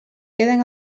queden